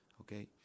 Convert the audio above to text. Okay